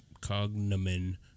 cognomen